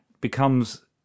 becomes